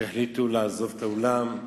שהחליטו לעזוב את האולם,